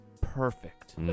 perfect